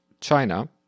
China